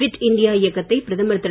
bit India இயக்கத்தை பிரதமர் திரு